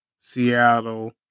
Seattle